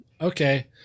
okay